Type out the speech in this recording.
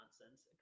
nonsense